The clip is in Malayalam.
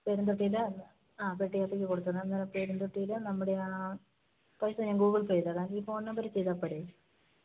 പെരുന്തൊട്ടിയിൽ ഒന്ന് ആ പെട്ടി ഓട്ടയ്ക്ക് കൊടുത്ത് പെരുന്തൊട്ടിയിൽ നമ്മുടെ ആ പൈസ ഞാന് ഗൂഗിള് പേ ചെയ്തോളാം ഈ ഫോണ് നമ്പറിൽ ചെയ്താൽ പോരെ